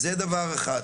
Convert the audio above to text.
זה דבר אחד.